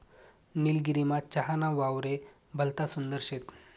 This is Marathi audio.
निलगिरीमा चहा ना वावरे भलता सुंदर शेत